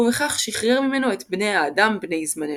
ובכך שחרר ממנו את בני האדם בני זמננו.